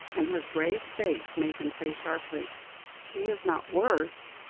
and her grave face made him say sharply she is not worse?